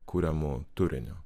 kuriamu turiniu